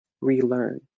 relearn